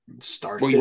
start